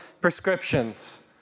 prescriptions